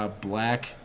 Black